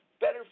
better